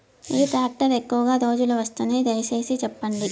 ఏ tractor ఎక్కువగా రోజులు వస్తుంది, దయసేసి చెప్పండి?